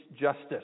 justice